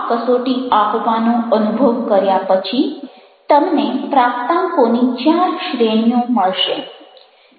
આ કસોટી આપવાનો અનુભવ કર્યા પછી તમને પ્રાપ્તાંકોની 4 શ્રેણીઓ મળશે